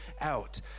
out